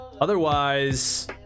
Otherwise